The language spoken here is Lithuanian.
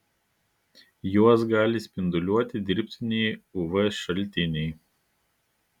juos gali spinduliuoti dirbtiniai uv šaltiniai